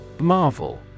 Marvel